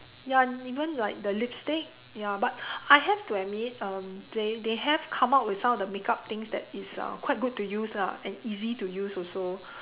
ya even like the lipstick ya but I have to admit um they they have come up with some of the makeup things that is uh quite good to use lah and easy to use also